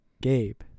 Gabe